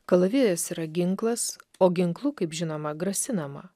kalavijas yra ginklas o ginklu kaip žinoma grasinama